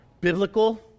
biblical